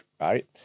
right